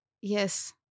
Yes